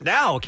Now